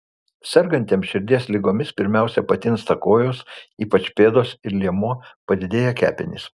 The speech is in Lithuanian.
sergantiems širdies ligomis pirmiausia patinsta kojos ypač pėdos ir liemuo padidėja kepenys